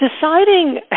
deciding